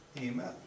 Amen